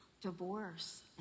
divorce